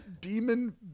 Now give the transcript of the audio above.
Demon